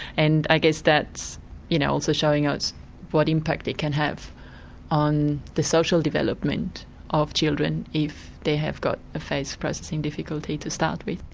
and i guess that's you know also showing us what impact it can have on the social development of children if they have got a face-processing difficulty to start with.